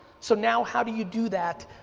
so now how do you do that.